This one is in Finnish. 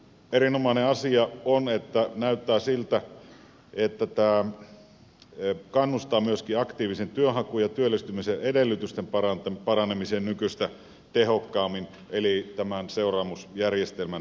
erinomainen asia on kun näyttää siltä että tämä kannustaa myöskin aktiiviseen työnhakuun ja työllistymisen edellytysten paranemiseen nykyistä tehokkaammin eli tämän seuraamusjärjestelmän kautta